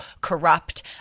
corrupt